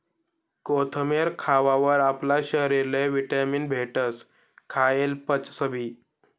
कोथमेर खावावर आपला शरीरले व्हिटॅमीन भेटस, खायेल पचसबी